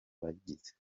bagize